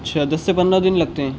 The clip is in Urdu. اچھا دس سے پندرہ دن لگتے ہیں